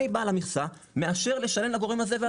אני בעל המכסה מאשר לשלם לגורם הזה והזה.